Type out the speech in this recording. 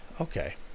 Okay